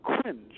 cringe